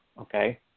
Okay